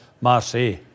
Marseille